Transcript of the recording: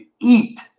eat